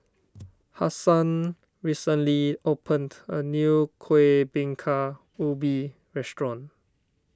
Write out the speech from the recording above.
Hassan recently opened a new Kueh Bingka Ubi restaurant